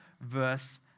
verse